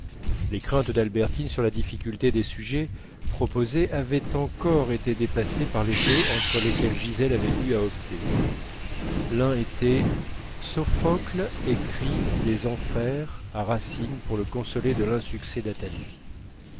les craintes d'albertine sur la difficulté des sujets proposés avaient encore été dépassées par les deux entre lesquels gisèle avait eu à opter l'un était sophocle écrit des enfers à racine pour le consoler de l'insuccès d'athalie